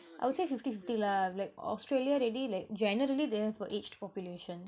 I would say fifty fifty lah like australia already like generally they have got aged population